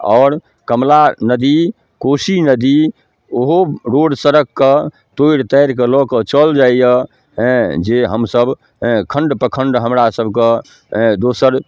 आओर कमला नदी कोशी नदी ओहो रोड सड़कके तोरि ताइर कऽ लऽ कऽ चल जाइया हैँ जे हमसब हैँ खण्ड प्रखण्ड हमरा सबके हैँ दोसर